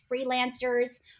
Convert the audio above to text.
freelancers